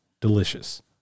Delicious